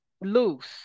loose